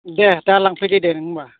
दे दा लांफैदो दे नों होमबा